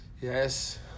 Yes